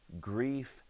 grief